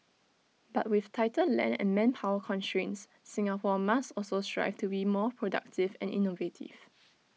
but with tighter land and manpower constraints Singapore must also strive to be more productive and innovative